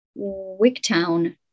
wicktown